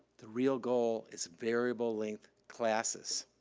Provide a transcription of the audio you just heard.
the real goal is variable length classes.